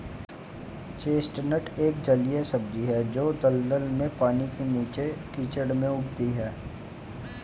chestnut एक जलीय सब्जी है जो दलदल में, पानी के नीचे, कीचड़ में उगती है